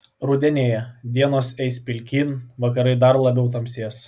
rudenėja dienos eis pilkyn vakarai dar labiau tamsės